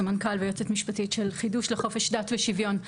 סמנכ"ל ויועצת משפטית של חידוש לחופש דת ושוויון.